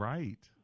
Right